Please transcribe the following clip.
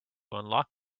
unlock